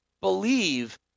believe